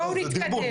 בוא נתקדם.